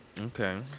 Okay